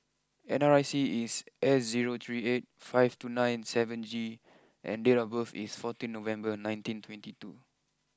N R I C is S zero three eight five two nine seven G and date of birth is fourteen November nineteen twenty two